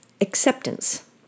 acceptance